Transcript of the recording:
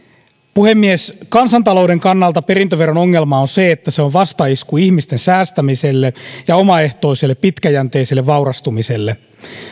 puhemies kansantalouden kannalta perintöveron ongelma on se että se on vastaisku ihmisten säästämiselle ja omaehtoiselle pitkäjänteiselle vaurastumiselle